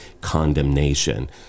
condemnation